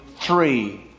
Three